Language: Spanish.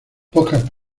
pocas